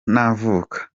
navuka